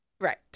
right